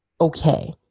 okay